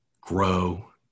grow